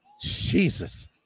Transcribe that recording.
Jesus